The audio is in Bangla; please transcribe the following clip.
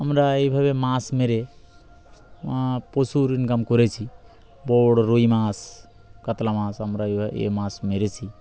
আমরা এইভাবে মাছ মেরে প্রচুর ইনকাম করেছি বড়ো রুই মাছ কাতলা মাছ আমরা এ মাছ মেরেছি